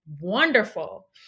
Wonderful